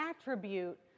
attribute